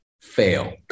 fail